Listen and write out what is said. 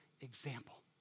example